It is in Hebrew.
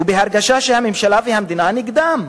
ובהרגשה שהממשלה והמדינה נגדם?